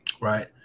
right